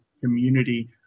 community